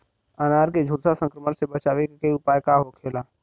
अनार के झुलसा संक्रमण से बचावे के उपाय का होखेला?